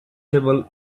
table